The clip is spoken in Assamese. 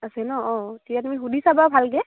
আছে ন অঁ তেতিয়া তুমি সুধি চাৱা ভালকৈ